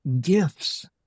gifts